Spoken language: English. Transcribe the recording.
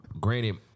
Granted